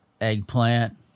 eggplant